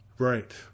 Right